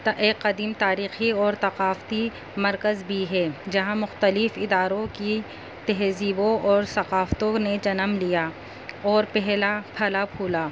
ایک قدیم تاریخی اور ثقافتی مرکز بھی ہے جہاں مختلف اداروں کی تہذیبوں اور ثقافتوں نے جنم لیا اور پہلا پھلا پھولا